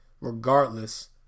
regardless